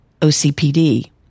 OCPD